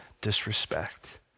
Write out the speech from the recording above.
disrespect